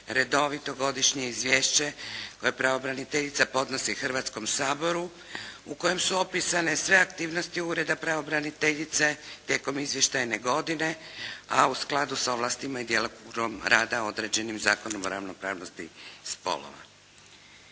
redovito godišnje izvješće koje pravobraniteljica podnosi Hrvatskom saboru u kojem su opisane sve aktivnosti Ureda pravobraniteljice tijekom izvještajne godine a u skladu s ovlastima i djelokrugom rada određenim Zakonom o ravnopravnosti spolova.